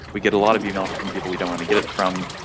we get a lot of email from people we don't want to get it from.